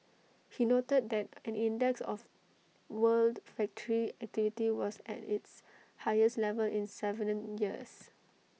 he noted that an index of world factory activity was at its highest level in Seven years